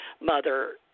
mother